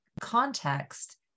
context